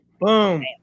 Boom